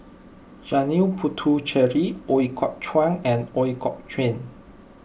Janil Puthucheary Ooi Kok Chuen and Ooi Kok Chuen